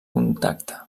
contacte